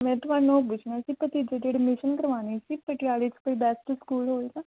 ਮੈਂ ਤੁਹਾਨੂੰ ਪੁੱਛਣਾ ਸੀ ਭਤੀਜੇ ਦੀ ਐਡਮਿਸ਼ਨ ਕਰਵਾਉਣੀ ਸੀ ਪਟਿਆਲੇ 'ਚ ਕੋਈ ਬੈਸਟ ਸਕੂਲ ਹੋਏਗਾ